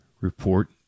report